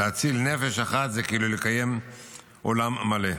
להציל נפש אחת זה כאילו לקיים עולם מלא.